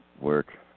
work